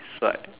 it's like